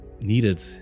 needed